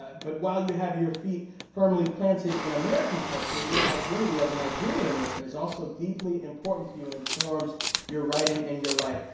but while you have your feet firmly planted in american culture, your identity as a nigerian american is also deeply important to you, and informs your writing and your life.